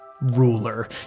ruler